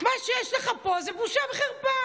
מה שיש לך פה זה בושה וחרפה.